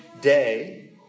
day